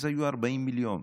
היו 40 מיליון,